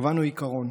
קבענו עיקרון,